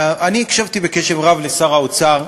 אני הקשבתי בקשב רב לשר האוצר.